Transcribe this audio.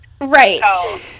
right